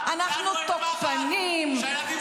אנחנו תוקפנים -- על מה את מדברת?